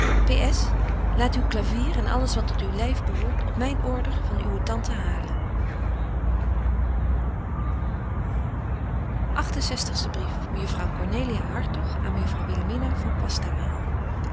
laat uw clavier en alles wat tot uw lyf behoort op myn order van uwe tante halen betje wolff en aagje deken historie van